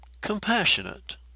Compassionate